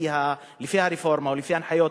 לפי הרפורמה או לפי ההנחיות,